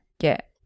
get